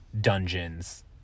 dungeons